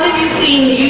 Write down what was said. you see